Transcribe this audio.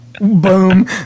Boom